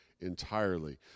entirely